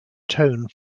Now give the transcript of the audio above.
tone